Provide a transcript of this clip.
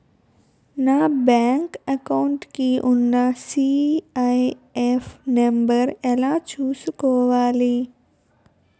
నా bank account కి ఉన్న సి.ఐ.ఎఫ్ నంబర్ ఎలా చూసుకోవాలి?